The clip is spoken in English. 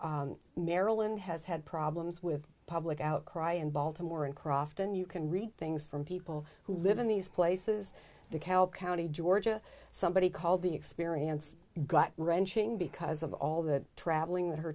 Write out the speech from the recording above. carolina maryland has had problems with public outcry in baltimore in crofton you can read things from people who live in these places de kalb county georgia somebody called the experience gut wrenching because of all the traveling that her